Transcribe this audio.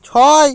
ছয়